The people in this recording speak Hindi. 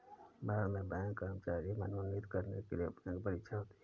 भारत में बैंक के कर्मचारी मनोनीत करने के लिए बैंक परीक्षा होती है